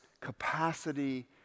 capacity